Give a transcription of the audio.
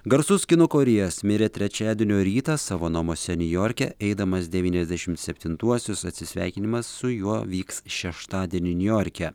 garsus kino kūrėjas mirė trečiadienio rytą savo namuose niujorke eidamas devyniasdešim septintuosius atsisveikinimas su juo vyks šeštadienį niujorke